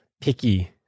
picky